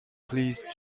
please